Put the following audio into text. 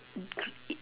m~ gre~